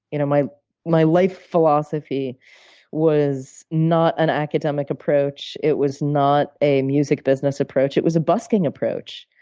you know my my life philosophy was not an academic approach. it was not a music business approach. it was a busking approach,